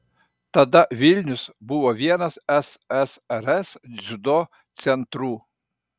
tada vilnius buvo vienas ssrs dziudo centrų